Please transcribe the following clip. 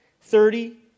thirty